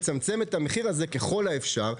כדי לצמצם את המחיר הזה ככל האפשר?